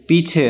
पीछे